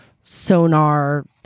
sonar